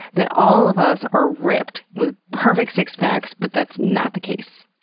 that all of us are ripped with perfect six packs, but that's not the case.